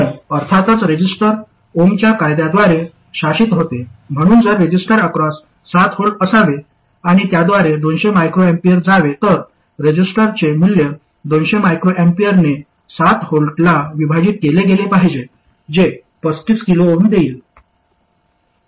पण अर्थातच रेझिस्टर ओमच्या कायद्याद्वारे शासित होते म्हणून जर रेझिस्टर अक्रॉस 7V असावे आणि त्याद्वारे 200 µA जावे तर रेसिस्टन्सचे मूल्य 200 µA ने 7V ला विभाजित केले गेले पाहिजे जे 35 kΩ देईल